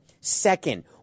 Second